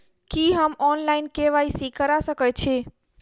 की हम online, KYC करा सकैत छी?